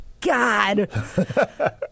God